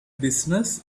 business